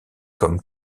comme